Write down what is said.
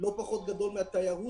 לא פחות גדול מהתיירות,